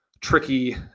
tricky